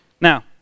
Now